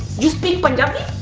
you speak punjabi?